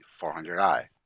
400i